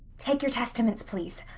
take your testaments, please,